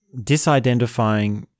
disidentifying